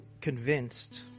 convinced